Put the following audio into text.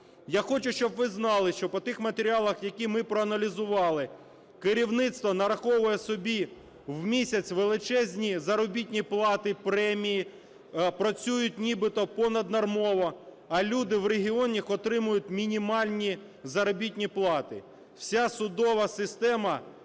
Я хочу, щоб ви знали, що по тих матеріалах, які ми проаналізували, керівництво нараховує собі в місяць величезні заробітні плати, премії, працюють нібито понаднормово, а люди в регіонах отримають мінімальні заробітні плати. Вся судова система